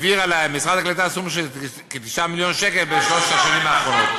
למשרד העלייה והקליטה סכום של כ-9 מיליון שקל בשלוש השנים האחרונות,